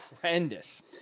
horrendous